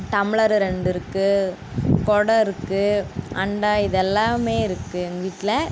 tumbler ரெண்டு இருக்குது கொடம் இருக்குது அண்டா இதெல்லாம் இருக்குது எங்க வீட்டில்